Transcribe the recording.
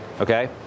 okay